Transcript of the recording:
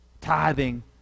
Tithing